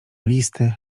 listy